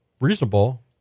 reasonable